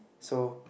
so